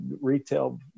retail